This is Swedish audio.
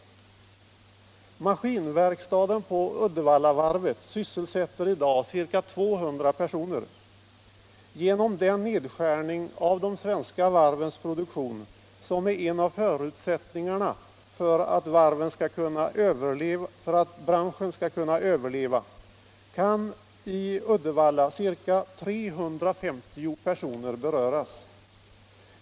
Maskinverkstaden på Uddevallavarvet sysselsätter i dag ca 200 personer. Genom den netskärning av de svenska varvens produktion som är en av förutsättningarna för att branschen skall kunna överleva kan i Uddevalla ca 350 personer beröras.